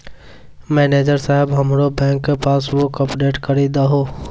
manager साहेब हमरो bank passbook update करि दहो